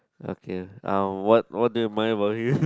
okay uh what what they mind about you